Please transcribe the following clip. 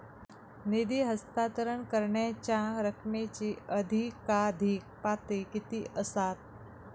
निधी हस्तांतरण करण्यांच्या रकमेची अधिकाधिक पातळी किती असात?